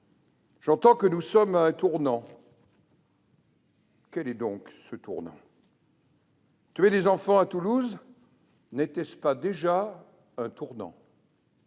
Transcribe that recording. J'entends que nous sommes « à un tournant ». Quel est donc ce tournant ? Tuer des enfants à Toulouse, n'était-ce pas déjà un tournant ?